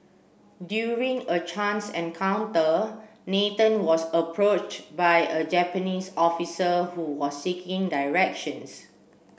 during a chance encounter Nathan was approach by a Japanese officer who was seeking directions